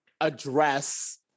address